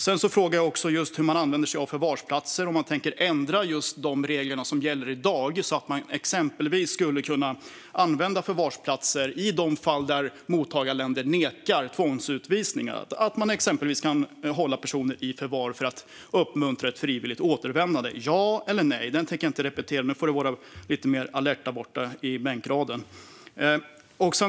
Jag frågar också hur man använder sig av förvarsplatser och om man tänker ändra de regler som gäller i dag för att exempelvis kunna använda förvarsplatser i de fall där mottagarländer nekar tvångsutvisningar och hålla personer i förvar för att uppmuntra till frivilligt återvändande. Den frågan tänker jag inte upprepa - nu får Ygeman vara lite mer alert där borta i bänken.